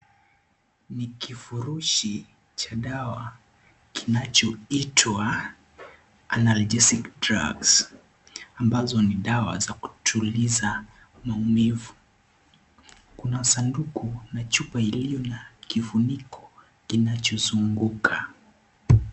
Ni kifurushi cha dawa kinachoitwa analgesic drugs ambazo ni dawa za kutuliza maumivu kuna sanduku na chupa iliyo na kifuniko kinachozunguka.